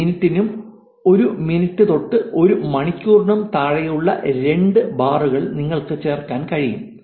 ഒരു മിനിറ്റിനും ഒരു മിനിറ്റ് തൊട്ടു ഒരു മണിക്കൂറിനും താഴെയുള്ള ആദ്യ രണ്ട് ബാറുകൾ നിങ്ങൾക്ക് ചേർക്കാൻ കഴിയും